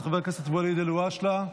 חבר הכנסת ואליד אלהואשלה,